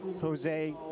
Jose